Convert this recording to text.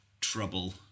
trouble